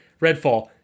Redfall